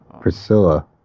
priscilla